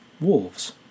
wolves